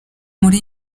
muri